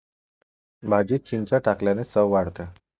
भाजीत चिंच टाकल्याने चव वाढते